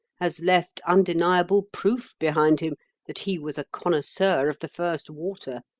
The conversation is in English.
has left undeniable proof behind him that he was a connoisseur of the first water.